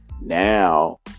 Now